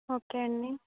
okay అండి